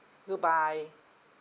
goodbye